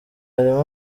harimo